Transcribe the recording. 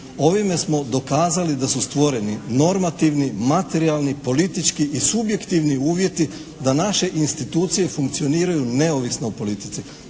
Ovime smo dokazali da su stvoreni normativni materijalni, politički i subjektivni uvjeti da naše institucije funkcioniraju neovisno o politici.